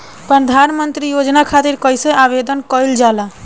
प्रधानमंत्री योजना खातिर कइसे आवेदन कइल जाला?